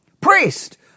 Priest